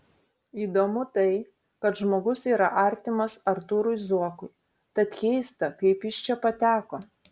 įdomu tai kad žmogus yra artimas artūrui zuokui tad keista kaip jis čia pateko